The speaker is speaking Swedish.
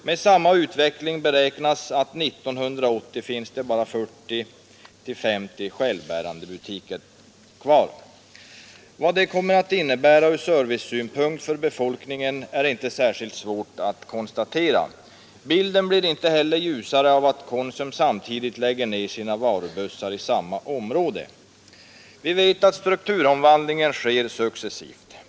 Med samma utveckling beräknas att 1980 finns det bara 40—50 självbärande butiker. Vad det kommer att innebära ur servicesynpunkt för befolkningen är inte särskilt svårt att konstatera. Bilden blir inte heller ljusare av att Konsum samtidigt lägger ner sina varubussar i samma område. Vi vet att strukturomvandlingen sker successivt.